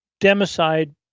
democide